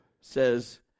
says